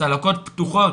צלקות פתוחות.